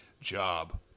job